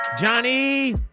Johnny